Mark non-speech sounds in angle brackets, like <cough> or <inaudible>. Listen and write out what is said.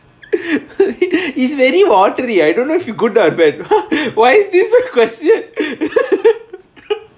<laughs> it's very watery I don't know if it's good or bad <laughs> why is this a question